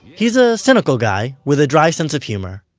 he's a cynical guy, with a dry sense of humor.